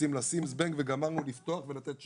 רוצים לשים זבנג וגמרנו, לפתוח ולתת שירות,